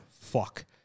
fuck